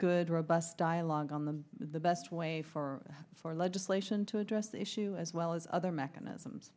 good robust dialogue on them the best way for for legislation to address the issue as well as other mechanisms